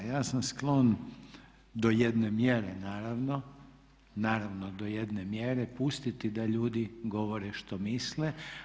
Ja sam sklon do jedne mjere naravno, naravno do jedne mjere pustiti da ljudi govore što misle.